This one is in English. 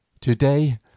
to-day